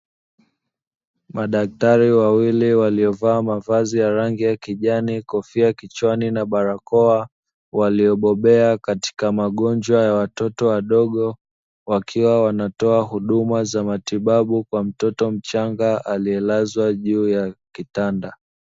Madaktari wawili waliova mavazi ya rangi ya kijani kofia kichwani na barakoa, waliobobea katika magonjwa ya watoto wadogo, wakiwa wanatoa huduma za matibabu kwa mtoto mchaga aliyelazwa juu ya kitanda.